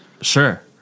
Sure